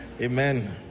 amen